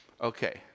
Okay